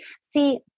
See